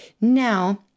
Now